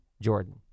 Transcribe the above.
Jordan